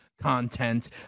Content